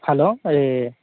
hello అది